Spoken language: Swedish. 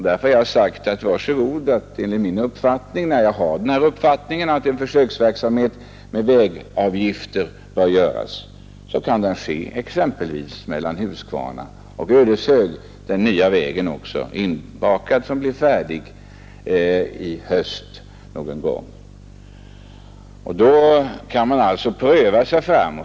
Därför sade jag, att när jag har den uppfattningen att en försöksverksamhet med vägavgifter bör göras, kan den gärna avse exempelvis sträckan Huskvarna—-Ödeshög, där den nya vägen är färdig i höst någon gång. Då kan man alltså pröva sig fram.